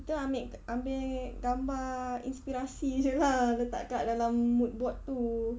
kita ambil ambil gambar inspirasi jer lah letak kat dalam mood board itu